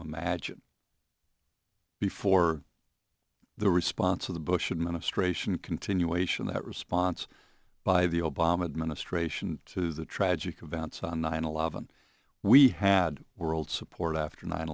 imagine before the response of the bush administration continuation that response by the obama administration to the tragic events on nine eleven we had world support after nine